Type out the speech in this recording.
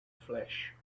flesh